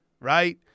right